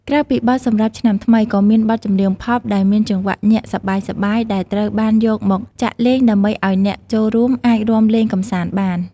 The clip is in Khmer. ក្រៅពីបទសម្រាប់ឆ្នាំថ្មី ក៏មានបទចម្រៀងផប់ដែលមានចង្វាក់ញាក់សប្បាយៗ ដែលត្រូវបានយកមកចាក់លេងដើម្បីឱ្យអ្នកចូលរួមអាចរាំលេងកម្សាន្តបាន។